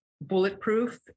bulletproof